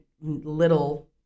little